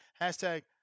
Hashtag